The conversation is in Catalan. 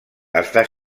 està